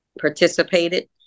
participated